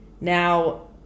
Now